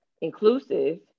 inclusive